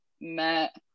met